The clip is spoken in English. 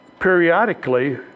periodically